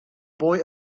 boy